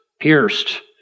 pierced